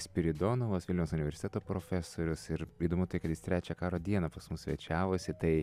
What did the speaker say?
spiridonovas vilniaus universiteto profesorius ir įdomu tai kad jis trečią karo dieną pas mus svečiavosi tai